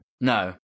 No